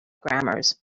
grammars